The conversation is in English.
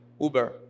Uber